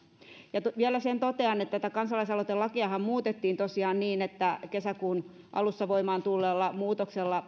ja vielä sen totean että tätä kansalaisaloitelakiahan muutettiin tosiaan niin että kesäkuun alussa voimaan tulleella muutoksella